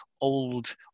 old